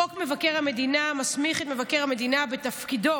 חוק מבקר המדינה מסמיך את מבקר המדינה בתפקידו